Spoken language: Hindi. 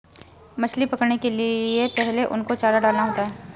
मछली पकड़ने के लिए पहले उनको चारा डालना होता है